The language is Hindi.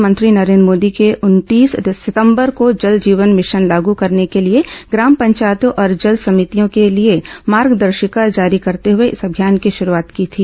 प्रधानमंत्री नरेन्द्र मोदी ने उनतीस सितंबर को जल जीवन मिशन लागू करने के लिए ग्राम पंचायतों और जल समितियों के लिए मार्गदर्शिका जारी करते हुए इस अभियान की शुरूआत की थी